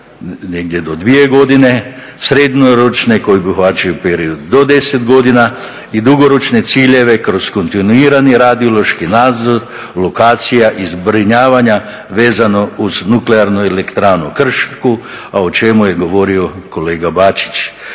negdje do 2 godine, srednjoročne koji obuhvaćaju period do 10 godina i dugoročne ciljeve kroz kontinuirani radiološki nadzor lokacija i zbrinjavanja vezano uz Nuklearnu elektranu Krško, o čemu je govorio kolega Bačić.